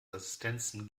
resistenzen